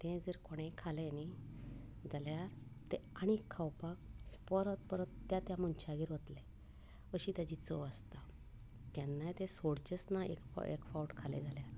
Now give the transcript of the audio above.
तें जर कोणेंय खालें न्ही जाल्यार तें आनीक खावपाक परत परत त्या त्या मनशागेर वतले अशी ताची चव आसता आनी केन्नाय तें सोडचेंच ना एक फावट खालें जाल्यार